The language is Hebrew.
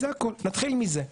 זה הכול, נתחיל מזה.